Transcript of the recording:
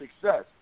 success